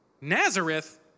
Nazareth